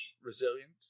resilient